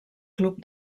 club